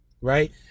right